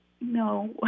no